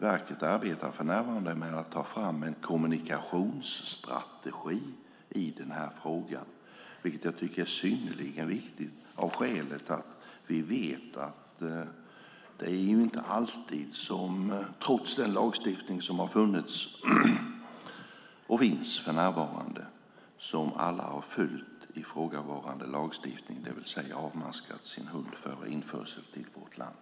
Verket arbetar för närvarande med att ta fram en kommunikationsstrategi i den här frågan. Det tycker jag är synnerligen viktigt eftersom vi vet att inte alla har följt rådande lagstiftning, det vill säga avmaskat sin hund före införsel i vårt land.